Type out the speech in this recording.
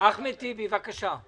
קודם אחמד טיבי, בבקשה.